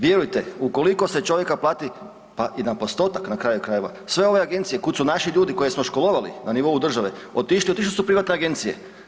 Vjerujte, ukoliko se čovjeka plati pa i na postotak, na kraju krajeva, sve ove agencije kud su naši ljudi, koje smo školovali na nivou države otišli, otišli su u privatne agencije.